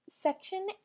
Section